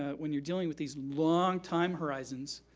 ah when you're dealing with these long time horizons,